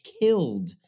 killed